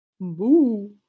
Boo